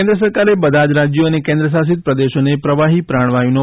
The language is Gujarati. કેન્દ્ર સરકારે બધા જ રાજ્યો અને કેન્દ્ર શાસિત પ્રદેશોને પ્રવાહી પ્રાણવાયુનો